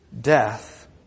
death